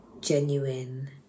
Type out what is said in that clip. genuine